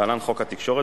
להלן: חוק התקשורת,